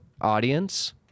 audience